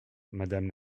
madame